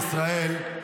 -- להגיד לשר בישראל,